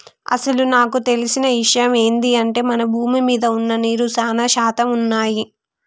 అసలు నాకు తెలిసిన ఇషయమ్ ఏంది అంటే మన భూమి మీద వున్న నీరు సానా శాతం వున్నయ్యి